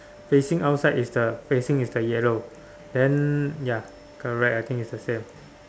facing outside is the facing is the yellow then ya correct I think it's the same